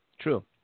True